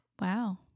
wow